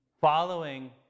Following